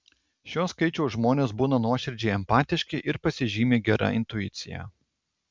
šio skaičiaus žmonės būna nuoširdžiai empatiški ir pasižymi gera intuicija